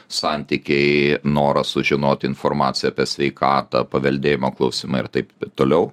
santykiai noras sužinoti informaciją apie sveikatą paveldėjimo klausimai ir taip toliau